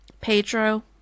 Pedro